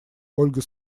ольга